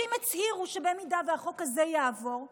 אנשים הצהירו שאם החוק הזה יעבור,